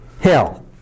hell